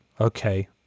Okay